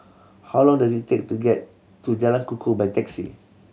how long does it take to get to Jalan Kukoh by taxi